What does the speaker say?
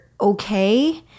okay